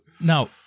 Now